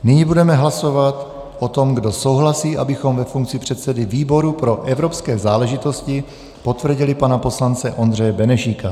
Nyní budeme hlasovat o tom, kdo souhlasí, abychom ve funkci předsedy výboru pro evropské záležitosti potvrdili pana poslance Ondřeje Benešíka.